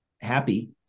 happy